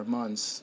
months